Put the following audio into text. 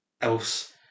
else